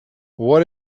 what